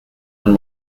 and